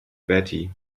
batty